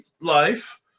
life